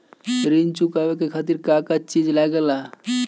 ऋण चुकावे के खातिर का का चिज लागेला?